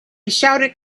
shouted